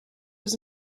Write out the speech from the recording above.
was